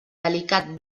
delicat